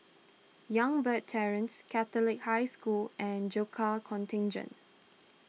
Youngberg Terrace Catholic High School and Gurkha Contingent